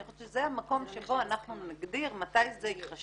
אני חושבת שזה המקום שבו אנחנו נגדיר מתי זה יתחשב